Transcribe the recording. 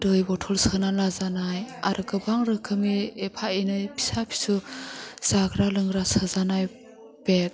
दै बटल सोना लाजानाय आरो गोबां रोखोमनि एफा एनै फिसा फिसौ जाग्रा लोंग्रा सोजानाय बेग